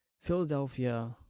Philadelphia